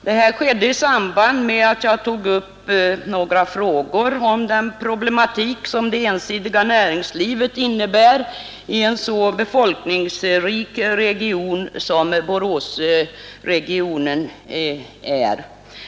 Detta skedde i samband med att jag tog upp några frågor om den problematik som det ensidiga näringslivet innebär i en så befolkningsrik region som Boråsregionen är.